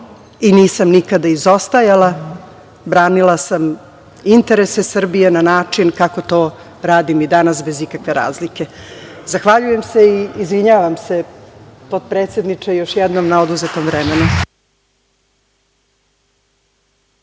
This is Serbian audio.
i nisam nikada izostajala, branila sam interese Srbije na način kako to radim i danas bez ikakve razlike. Zahvaljujem se i izvinjavam se potpredsedniče još jednom na oduzetom vremenu.